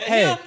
Hey